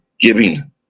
giving